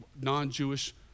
non-Jewish